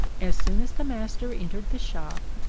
as soon as the master entered the shop,